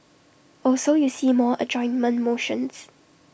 also you see more adjournment motions